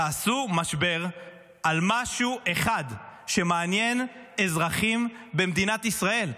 תעשו משבר על משהו אחד שמעניין אזרחים במדינת ישראל.